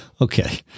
Okay